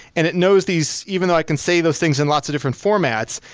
and it knows these even though i can say those things in lots of different formats,